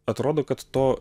atrodo kad to